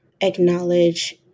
acknowledge